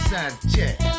Sanchez